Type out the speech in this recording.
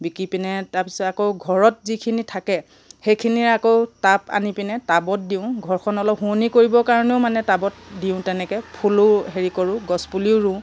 বিকি পিনে তাৰপিছত আকৌ ঘৰত যিখিনি থাকে সেইখিনিৰে আকৌ টাব আনি পিনে টাবত দিওঁ ঘৰখন অলপ শুৱনি কৰিবৰ কাৰণেও মানে টাবত দিওঁ তেনেকৈ ফুলোঁ হেৰি কৰোঁ গছপুলিও ৰুওঁ